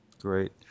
Great